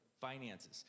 finances